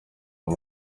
ayo